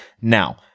Now